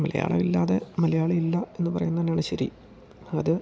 മലയാളം ഇല്ലാതെ മലയാളി ഇല്ല എന്ന് പറയ്ന്നെന്നാണ് ശരി അത്